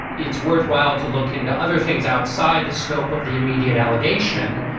it's worthwhile to look into other things outside the scope of the immediate allegation.